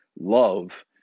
love